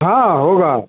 हाँ होगा